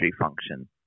function